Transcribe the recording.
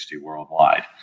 worldwide